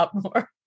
more